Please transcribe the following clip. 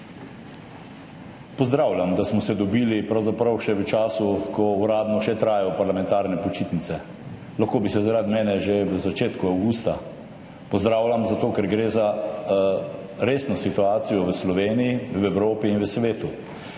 Pozdravljam, da smo se dobili pravzaprav še v času, ko uradno še trajajo parlamentarne počitnice. Lahko bi se zaradi mene že v začetku avgusta. Pozdravljam zato, ker gre za resno situacijo v Sloveniji, v Evropi in v svetu.